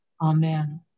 Amen